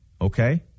okay